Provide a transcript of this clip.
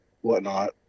whatnot